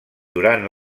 durant